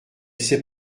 sait